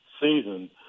season